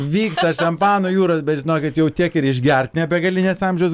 vyksta šampano jūros bet žinokit jau tiek ir išgert ne begalinės amžius